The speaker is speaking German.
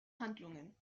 handlungen